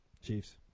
Chiefs